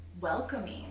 welcoming